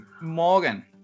Morgan